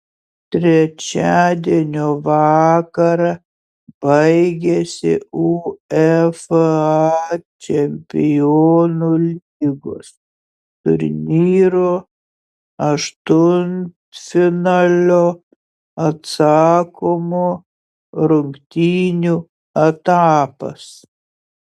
trečiadienio vakarą baigėsi uefa čempionų lygos turnyro aštuntfinalio atsakomų rungtynių etapas